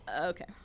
Okay